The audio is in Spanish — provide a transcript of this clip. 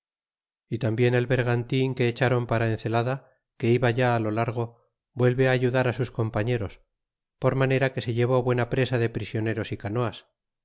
y tarnbien el bergantin que echaron para en zelada que iba ya lo largo vuelve ayudar á sus compañeros por manera que se llevó buena presa de prisioneros y canoas